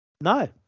No